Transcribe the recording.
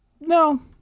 No